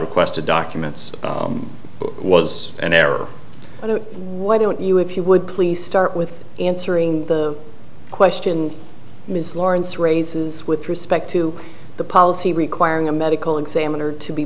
requested documents was an error and why don't you if you would please start with answering the question ms lawrence raises with respect to the policy requiring a medical examiner to be